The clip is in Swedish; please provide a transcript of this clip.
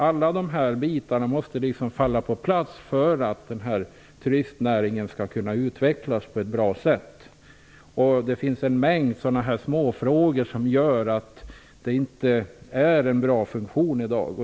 Alla sådana här bitar måste dock falla på plats för att turistnäringen skall kunna utvecklas på ett bra sätt. Det finns en mängd småfrågor som gör att det inte fungerar bra i dag.